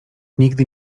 nigdy